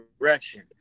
direction